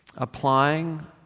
applying